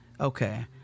okay